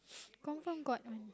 confirm got or not